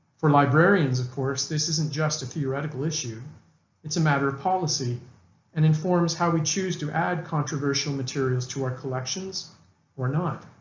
for librarians of course this isn't just a theoretical issue it's a matter of policy and informs how we choose to add controversial materials to our collections or not.